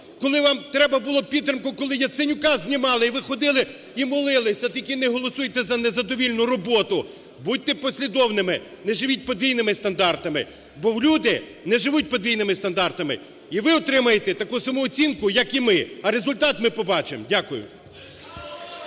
коли вам треба було підтримку, коли Яценюка знімали, і ви ходили, і молилися, тільки не голосуйте за незадовільну роботу. Будьте послідовними, не живіть подвійними стандартами, бо люди не живуть подвійними стандартами, і ви отримаєте таку саму оцінку, як і ми, а результат ми побачимо. Дякую.